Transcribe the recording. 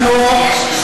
אנחנו,